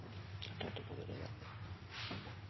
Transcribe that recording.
takk for